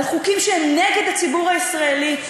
על חוקים שהם נגד הציבור הישראלי,